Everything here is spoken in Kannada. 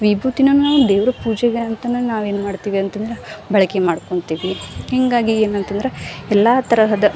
ವಿಭೂತಿನ ನಾವು ದೇವ್ರ್ಗೆ ಪೂಜೆಗೆ ಅಂತಾನೆ ನಾವು ಏನು ಮಾಡ್ತೀವಿ ಅಂತಂದ್ರೆ ಬಳಕೆ ಮಾಡ್ಕೊಳ್ತೀವಿ ಹೀಗಾಗಿ ಏನಂತಂದ್ರೆ ಎಲ್ಲಾ ತರಹದ